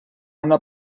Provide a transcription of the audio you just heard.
una